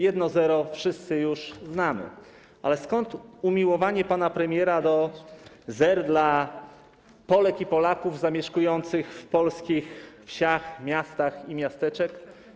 Jedno zero wszyscy już znamy, ale skąd umiłowanie pana premiera do zera dla Polek i Polaków zamieszkujących polskie wsie, miasta i miasteczka?